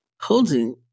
holding